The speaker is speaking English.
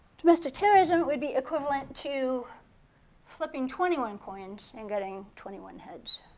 domestic terrorism would be equivalent to flipping twenty one coins and getting twenty one heads.